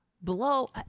blow